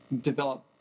develop